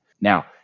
Now